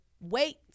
wait